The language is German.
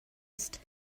ist